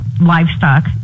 livestock